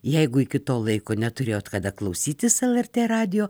jeigu iki to laiko neturėjot kada klausytis lrt radijo